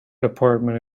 department